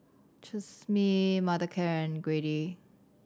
Tresemme Mothercare and Glade